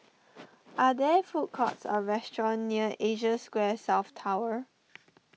are there food courts or restaurants near Asia Square South Tower